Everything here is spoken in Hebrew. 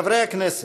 חברי הכנסת,